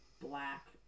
black